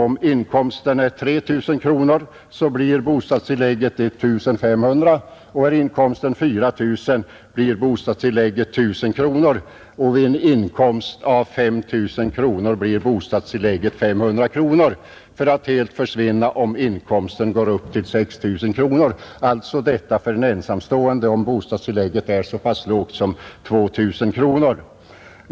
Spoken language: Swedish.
Om inkomsten är 3 000 kronor blir bostadstillägget 1 500 kronor, är inkomsten 4 000 blir bostadstillägget 1 000, och vid en inkomst av 5 000 kronor blir bostadstillägget 500 kronor för att helt försvinna om inkomsten uppgår till 6 000 kronor. Detta gäller alltså för en ensamstående om bostadstillägget är så lågt som 2 000 kronor.